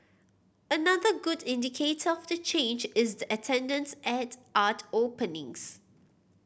another good indicator of the change is the attendance at art openings